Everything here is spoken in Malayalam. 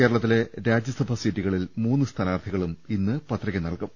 കേരളത്തിലെ രാജ്യ സഭാ സീറ്റു കളിൽ മൂന്ന് സ്ഥാനാർത്ഥികളും ഇന്ന് പത്രിക നൽകും